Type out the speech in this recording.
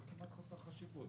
זה כמעט חסר חשיבות.